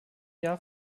jahr